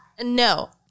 no